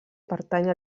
pertany